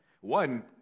One